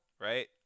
right